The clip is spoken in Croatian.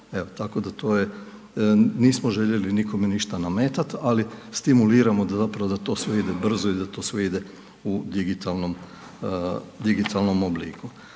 tako da to je, nismo željeli nikome ništa nametat ali stimuliramo zapravo da to sve ide brzo i da to sve ide u digitalnom obliku.